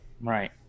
right